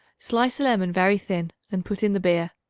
slice a lemon very thin and put in the beer.